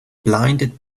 blinded